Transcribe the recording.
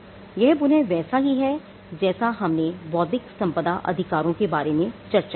यह पुनः वैसा ही है जैसा हमने बौद्धिक संपदा अधिकारों के बारे में चर्चा की थी